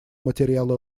материалы